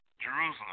Jerusalem